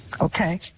Okay